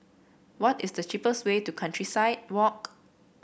what is the cheapest way to Countryside Walk